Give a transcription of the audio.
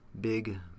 big